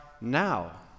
now